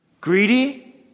Greedy